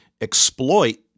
exploit